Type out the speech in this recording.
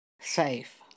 safe